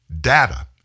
data